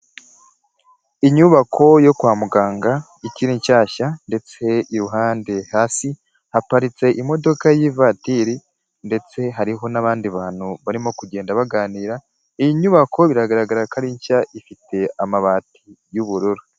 Inyubako yo kwa muganga ikiri nshyashya ndetse iruhande hasi haparitse imodoka y'ivatiri, ndetse hariho n'abandi bantu barimo kugenda baganira iyi nyubako biragaragara ko ari nshya ifite amabati y'ubururu.